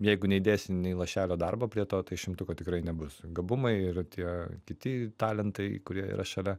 jeigu neįdėsi nei lašelio darbo prie to tai šimtuko tikrai nebus gabumai ir tie kiti talentai kurie yra šalia